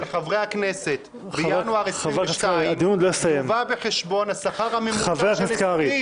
-- של חברי הכנסת" בינואר 2022 -- חבר הכנסת קרעי,